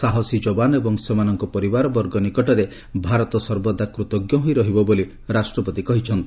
ସାହସୀ ଯବାନ ଏବଂ ସେମାନଙ୍କ ପରିବାରବର୍ଗ ନିକଟରେ ଭାରତ ସର୍ବଦା କୃତଜ୍ଞ ହୋଇ ରହିବ ବୋଲି ରାଷ୍ଟ୍ରପତି କହିଛନ୍ତି